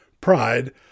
pride